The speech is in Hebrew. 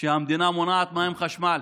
שהמדינה מונעת מהם חשמל.